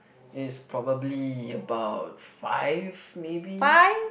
is probably about five maybe